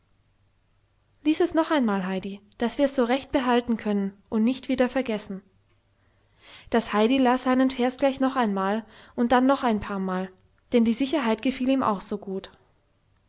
lies es noch einmal heidi daß wir's so recht behalten können und nicht wieder vergessen das heidi las seinen vers gleich noch einmal und dann noch ein paarmal denn die sicherheit gefiel ihm auch so gut